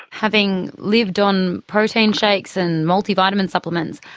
having lived on protein shakes and multivitamin supplements,